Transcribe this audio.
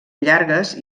llargues